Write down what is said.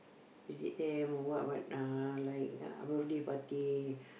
visit them or what but uh like uh birthday party